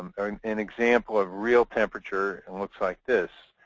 an an example of real temperature and looks like this.